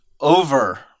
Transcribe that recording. over